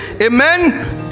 Amen